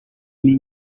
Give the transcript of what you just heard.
n’i